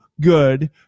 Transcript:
good